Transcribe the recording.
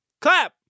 Clap